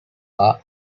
are